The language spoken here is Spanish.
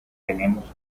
tenemos